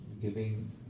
giving